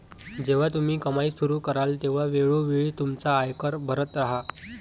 जेव्हा तुम्ही कमाई सुरू कराल तेव्हा वेळोवेळी तुमचा आयकर भरत राहा